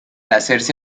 hacerse